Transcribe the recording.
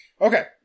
okay